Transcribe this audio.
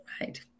right